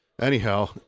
Anyhow